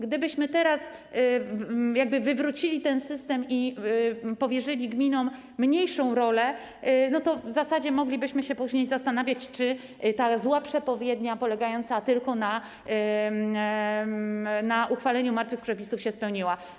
Gdybyśmy teraz wywrócili ten system i powierzyli gminom mniejszą rolę, to w zasadzie moglibyśmy się później zastanawiać, czy ta zła przepowiednia polegająca tylko na uchwaleniu martwych przepisów się spełniła.